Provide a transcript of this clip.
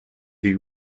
the